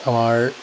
আমাৰ